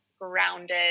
grounded